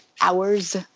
hours